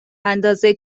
اندازه